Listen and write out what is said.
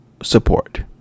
support